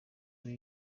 kuri